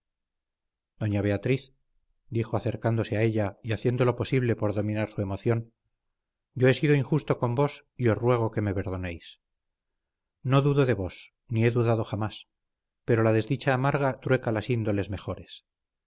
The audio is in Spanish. doña beatriz dijo acercándose a ella y haciendo lo posible por dominar su emoción yo he sido injusto con vos y os ruego que me perdonéis no dudo de vos ni he dudado jamás pero la desdicha amarga y trueca las índoles mejores